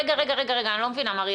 רגע, רגע, רגע, אני לא מבינה, מריה.